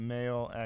Male